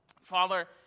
Father